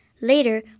Later